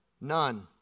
None